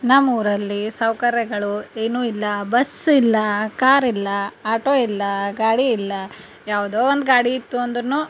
ನಮ್ಮೂರಲ್ಲಿ ಸೌಕರ್ಯಗಳು ಏನು ಇಲ್ಲ ಬಸ್ ಇಲ್ಲ ಕಾರ್ ಇಲ್ಲ ಆಟೋ ಇಲ್ಲ ಗಾಡಿ ಇಲ್ಲ ಯಾವುದೋ ಒಂದು ಗಾಡಿ ಇತ್ತು ಅಂದ್ರು